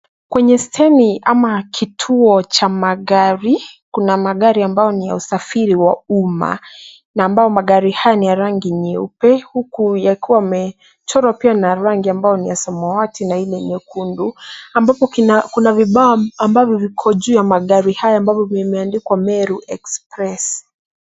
Kwenye steji au kituo cha magari, kuna magari ambayo ni ya usafiri wa umma na ambayo magari haya ni ya rangi nyeupe huku yakiwa yamechorwa pia na rangi ya samawati na ingine nyekundu ambapo kuna vibao ambavyo viko juu ya magari haya ambavyo vimeandikwa Meru Express.